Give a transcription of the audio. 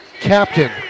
Captain